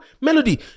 Melody